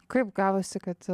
kaip gavosi kad